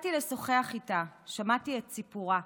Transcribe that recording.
יצאתי לשוחח איתה, שמעתי את סיפורה,